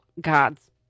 God's